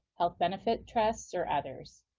health benefit trusts, or others.